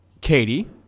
Katie